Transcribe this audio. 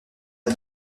une